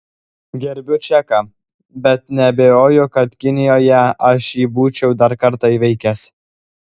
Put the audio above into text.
gerbiu čeką bet neabejoju kad kinijoje aš jį būčiau dar kartą įveikęs